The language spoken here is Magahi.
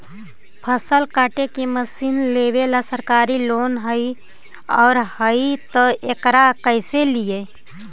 फसल काटे के मशीन लेबेला सरकारी लोन हई और हई त एकरा कैसे लियै?